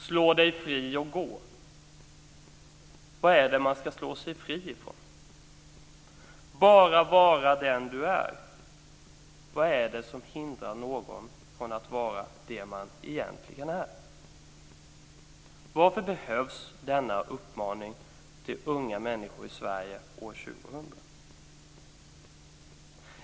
"Slå dig fri och gå." Vad är det man ska slå sig fri ifrån? "Bara vara den du är." Vad är det som hindrar någon från att vara den man egentligen är? Varför behövs denna uppmaning till unga människor i Sverige år 2000?